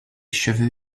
cheveux